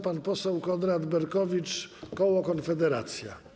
Pan poseł Konrad Berkowicz, koło Konfederacja.